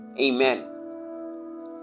Amen